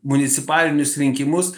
municipalinius rinkimus